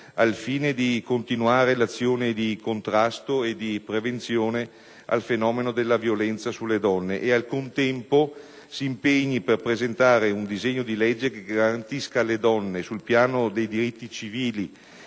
al fine di continuare l'azione di contrasto e prevenzione al fenomeno della violenza sulle donne e, al contempo, si impegni nel presentare un disegno di legge che garantisca alle donne, sul piano dei diritti civili